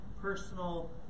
personal